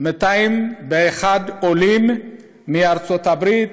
201 עולים מארצות הברית,